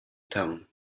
tone